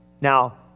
Now